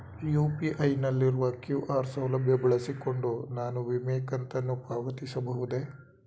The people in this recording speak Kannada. ಯು.ಪಿ.ಐ ನಲ್ಲಿರುವ ಕ್ಯೂ.ಆರ್ ಸೌಲಭ್ಯ ಬಳಸಿಕೊಂಡು ನಾನು ವಿಮೆ ಕಂತನ್ನು ಪಾವತಿಸಬಹುದೇ?